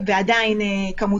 בעייתיים.